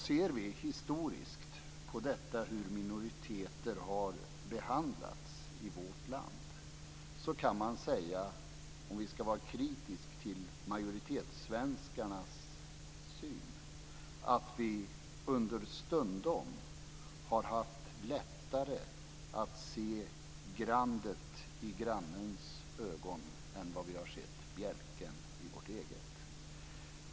Ser vi historiskt på hur minoriteterna har behandlats i vårt land kan man säga - om vi ska vara kritiska mot majoritetssvenskarnas syn - att vi understundom har haft lättare att se grandet i grannens öga än bjälken i vårt eget.